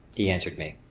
he answered me.